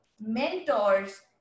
mentors